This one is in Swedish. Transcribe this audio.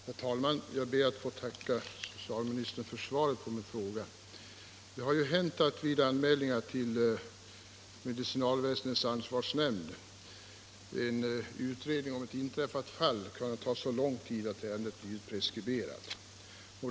Herr talman! Jag ber att få tacka socialministern för svaret på min fråga. 137 Det har ju vid anmälningar till medicinalväsendets ansvarsnämnd hänt att en utredning om ett inträffat fall tagit så lång tid att ärendet blivit preskriberat.